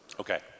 Okay